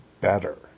better